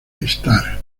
estar